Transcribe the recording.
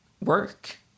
work